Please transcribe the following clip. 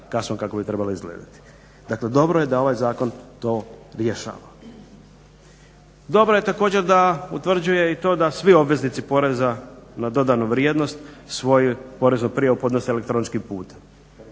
kasom kako bi trebala izgledati. Dakle, dobro je da ovaj Zakon to rješava. Dobro je također da utvrđuje i to da svi obveznici poreza na dodanu vrijednost svoju poreznu prijavu podnose elektroničkim putem.